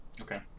okay